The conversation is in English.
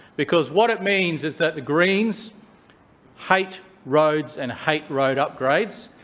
because what it means is that the greens hate roads and hate road upgrades,